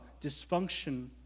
dysfunction